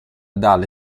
dalle